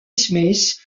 smith